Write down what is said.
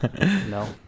No